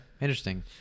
Interesting